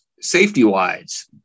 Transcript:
Safety-wise